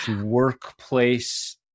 workplace